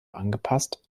angepasst